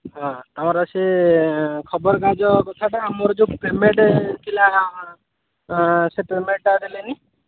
ହଁ ତମର ସେ ଖବର କାଗଜ କଥାଟା ଆମର ଯେଉଁ ପେମେଣ୍ଟ ଥିଲା ସେ ପେମେଣ୍ଟଟା ଦେଲେନି